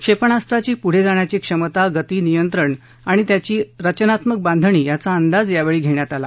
क्षेपणास्त्राची पुढे जाण्याची क्षमता गती नियंत्रण त्याची रचनात्मक बांधणी याचा अंदाज यावेळी घेण्यात आला